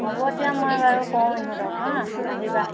হ'ব দিয়া মই বাৰু ক'ম ইহঁতক হা আহিবা